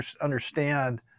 understand